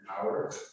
power